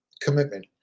commitment